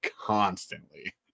constantly